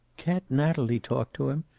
can't natalie talk to him?